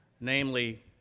namely